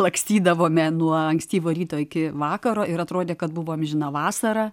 lakstydavome nuo ankstyvo ryto iki vakaro ir atrodė kad buvo amžina vasara